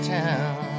town